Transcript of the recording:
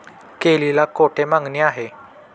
केळीला कोठे मागणी आहे?